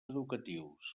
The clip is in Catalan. educatius